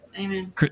amen